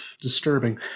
disturbing